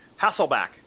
Hasselback